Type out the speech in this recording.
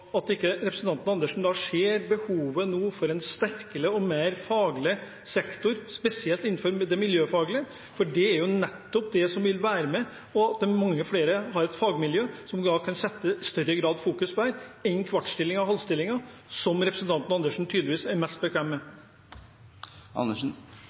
at ikke representanten Andersen ser behovet nå for en sterkere og mer faglig sektor, spesielt innenfor det miljøfaglige – for det er jo nettopp det som vil være med – der mange flere har et fagmiljø som kan sette større grad av fokus på dette enn med kvartstillinger og halvstillinger, som representanten Andersen tydeligvis er mest